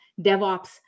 DevOps